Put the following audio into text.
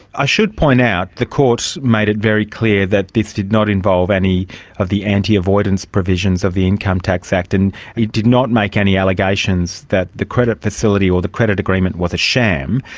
i should point out, the court made it very clear that this did not involve any of the anti-avoidance provisions of the income tax act, and it did not make any allegations that the credit facility or the credit agreement was a sham.